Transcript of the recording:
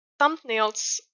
Thumbnails